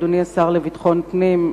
אדוני השר לביטחון פנים,